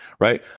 Right